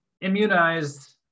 immunized